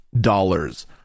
dollars